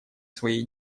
своей